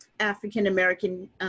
African-American